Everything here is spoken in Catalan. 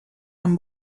amb